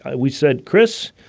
ah we said, chris,